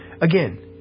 Again